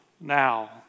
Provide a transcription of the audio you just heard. now